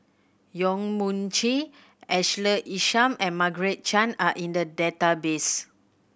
Yong Mun Chee Ashley Isham and Margaret Chan are in the database